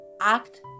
act